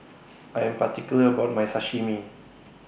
I Am particular about My Sashimi